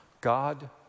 God